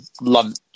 lunch